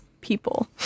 people